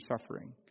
suffering